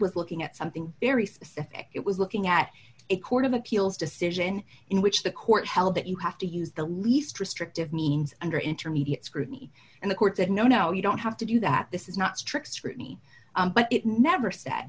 with looking at something very specific it was looking at a court of appeals decision in which the court held that you have to use the least restrictive means under intermediate scrutiny and the court said no no you don't have to do that this is not strict scrutiny but it never said